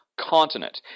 Continent